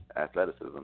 athleticism